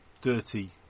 dirty